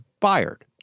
fired